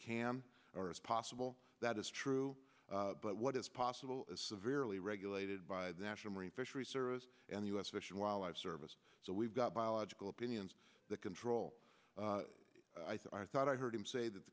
can or as possible that is true but what is possible is severely regulated by the national marine fisheries service and u s fish and wildlife service so we've got biological opinions that control i thought i thought i heard him say that